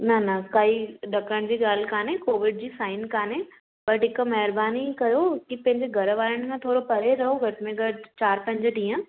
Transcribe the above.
न न काई ॾकनि जी ॻाल्हि कान्हे कोविड जी साइन कान्हे बट हिकु महिरबानी कयो किते बि घर वारनि सां थोरो परे रहो घटि में घटि चारि पंज ॾींहं